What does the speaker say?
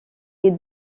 est